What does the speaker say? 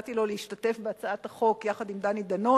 שהצעתי לו להשתתף בהצעת החוק יחד עם דני דנון,